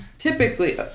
typically